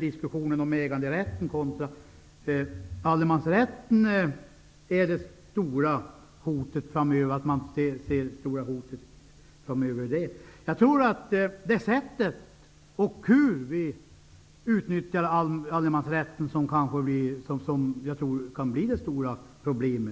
diskussionen om äganderätten kontra allemansrätten är det stora hotet framöver. Jag tror att frågan om sättet att utnyttja allemansrätten kan bli ett stort problem.